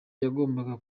yagombaga